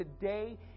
today